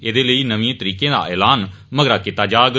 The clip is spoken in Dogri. एह्दे लेई नमिए तरीके दा ऐलान मगरा कीता जाग